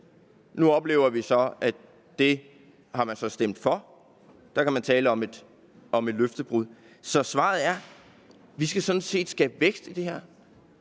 Nu oplever vi så, at de har stemt for den. Der kan man tale om et løftebrud. Så svaret er: Vi skal skabe vækst i Danmark.